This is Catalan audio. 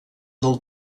del